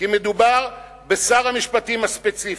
כי מדובר בשר המשפטים הספציפי,